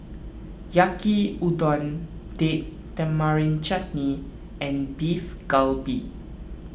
Yaki Udon Date Tamarind Chutney and Beef Galbi